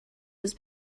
was